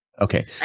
Okay